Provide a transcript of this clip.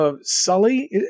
Sully